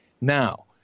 Now –